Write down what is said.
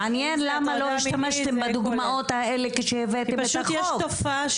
מעניין למה לא השתמשתם בדוגמאות האלה כשהבאתם את החוק.